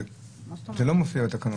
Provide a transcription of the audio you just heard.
זה לא מופיע בתקנות.